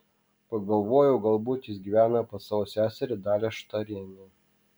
pagalvojau galbūt jis gyvena pas savo seserį dalią štarienę